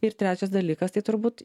ir trečias dalykas tai turbūt